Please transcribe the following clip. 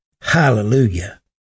Hallelujah